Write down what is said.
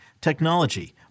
technology